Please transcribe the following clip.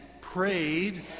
prayed